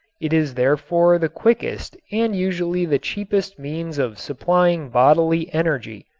it is therefore the quickest and usually the cheapest means of supplying bodily energy.